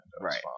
Right